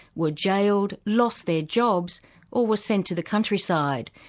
were jailed, lost their jobs or were sent to the countryside,